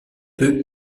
peu